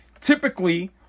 Typically